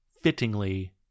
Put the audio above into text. fittingly